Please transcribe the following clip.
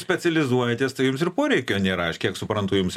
specializuojatės tai jums ir poreikio nėra aš kiek suprantu jums